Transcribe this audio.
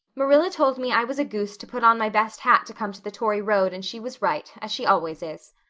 marilla told me i was a goose to put on my best hat to come to the tory road and she was right, as she always is.